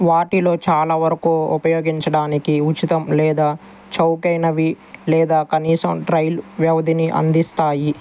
వాటిలో చాలా వరకు ఉపయోగించడానికి ఉచితం లేదా చౌకైనవి లేదా కనీసం ట్రయల్ వ్యవధిని అందిస్తాయి